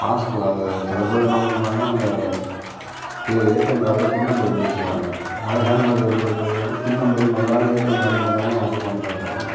passbook சில பேர் என்னா பண்ணுறாங்க அந்த பி ஏடிஎம் கார்டோடையே பின் நம்பர் எழுதிவச்சிடறாங்க அதை ஹேண்ட்பேக்கில் வச்சு எடுக்கிறப்ப பின் நம்பரையும் மறந்துடறாங்க ஏடிஎம் கார்டையும் மறந்துடறாங்க யாராச்சும் பணத்தை எடுத்துடறாங்க